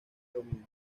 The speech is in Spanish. domingo